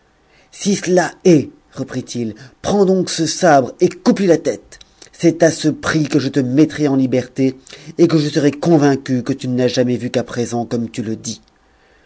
si cela est reprit-il prends donc ce sabre et coupe lui la tête c'est à ce prix que je te mettrai en liberté et que je serai convaincu que tu ne l'as jamais vue qu'à présent comme tu le dis